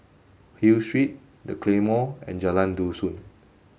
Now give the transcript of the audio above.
Hill Street The Claymore and Jalan Dusun